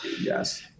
yes